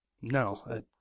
No